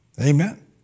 Amen